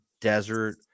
desert